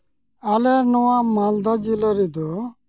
ᱟᱞᱮ ᱱᱚᱣᱟ ᱢᱟᱞᱫᱟ ᱡᱤᱞᱟᱹ ᱨᱮᱫᱚ